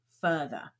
further